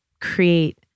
create